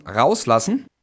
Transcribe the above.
rauslassen